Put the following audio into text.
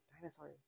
Dinosaurs